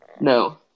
No